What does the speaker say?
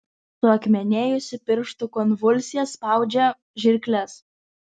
suakmenėjusi pirštų konvulsija spaudžia žirkles